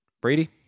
Brady